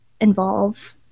involve